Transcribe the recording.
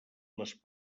les